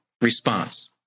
response